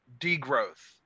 degrowth